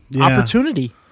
Opportunity